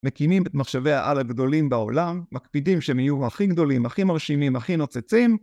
מקימים את מחשבי העל הגדולים בעולם, מקפידים שהם יהיו הכי גדולים, הכי מרשימים, הכי נוצצים.